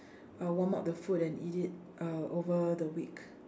I'll warm up the food and eat it uh over the week